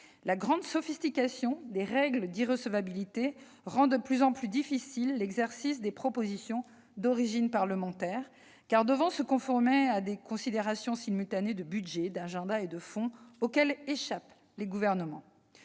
La grande sophistication des règles d'irrecevabilité rend de plus en plus difficile l'examen des textes déposés par des parlementaires, ceux-ci devant se conformer à des considérations simultanées de budget, de calendrier et de fond auxquelles échappent les gouvernements.